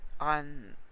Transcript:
On